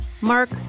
Mark